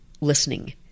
listening